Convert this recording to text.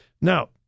Now